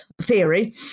theory